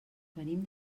venim